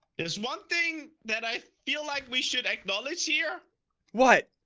there's one thing that i feel like we should acknowledge here what?